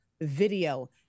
video